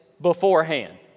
beforehand